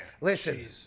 listen